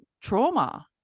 trauma